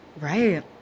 right